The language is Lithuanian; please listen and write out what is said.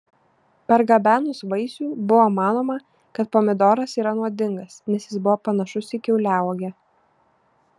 pargabenus vaisių buvo manoma kad pomidoras yra nuodingas nes jis buvo panašus į kiauliauogę